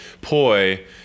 poi